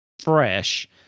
fresh